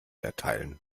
erteilen